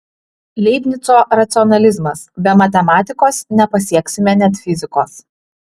leibnico racionalizmas be matematikos nepasieksime net fizikos